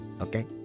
okay